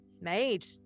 made